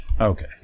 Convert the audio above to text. Okay